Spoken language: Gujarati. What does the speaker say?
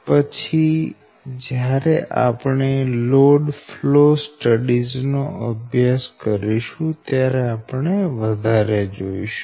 પછી જ્યારે આપણે લોડ ફ્લો સ્ટડીઝ નો અભ્યાસ કરીશું ત્યારે આપણે વધારે જોઈશું